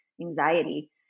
anxiety